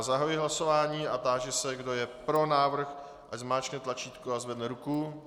Zahajuji hlasování a táži se, kdo je pro návrh, ať zmáčkne tlačítko a zvedne ruku.